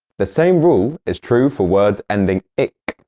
the same rule is true for words ending ic